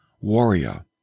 warrior